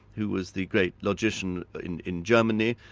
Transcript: who was the great logician in in germany,